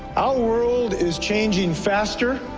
our world is changing faster